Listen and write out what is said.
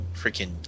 freaking